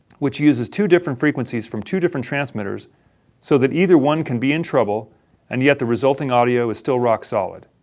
which uses two different frequencies from two different transmitters so that either one can be in trouble and yet the resulting audio is still rock solid.